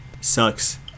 Sucks